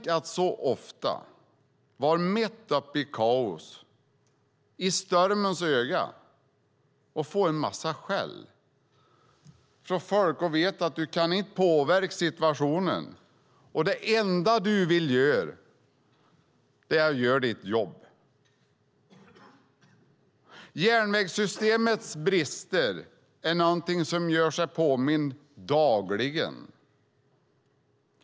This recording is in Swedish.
Tänk att så ofta vara mitt uppe i kaoset, i stormens öga, få en massa skäll från folk och veta att du inte kan påverka situationen, när det enda du vill är att göra ditt jobb. Järnvägssystemets brister är någonting som gör sig påmint dagligen.